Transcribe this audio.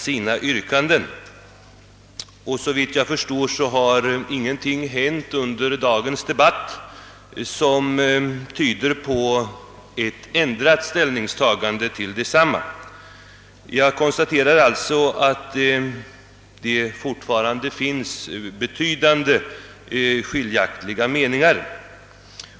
Såvitt jag förstår har ingenting hänt under dagens debatt, som tyder på ett ändrat ställningstagande. Jag konstaterar alltså att det fortfarande finns betydande skiljaktigheter i åsikterna.